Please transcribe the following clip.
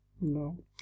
No